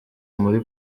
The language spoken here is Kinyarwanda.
muri